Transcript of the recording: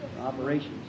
Operations